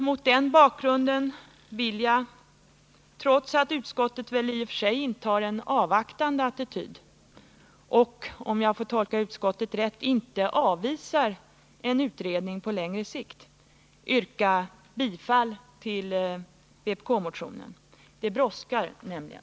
Mot denna bakgrund vill jag — trots att utskottet väl i och för sig intar en avvaktande attityd och, om jag tolkat utskottsbetänkandet rätt, inte avvisar en utredning på längre sikt — yrka bifall till vpk-motionen. Det brådskar nämligen.